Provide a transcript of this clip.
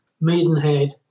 Maidenhead